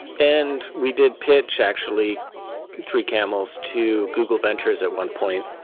and we did pitch actually three camels to google ventures at one point,